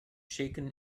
shaken